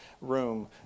room